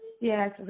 Yes